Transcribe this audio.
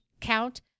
count